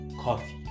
coffee